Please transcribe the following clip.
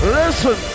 listen